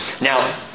Now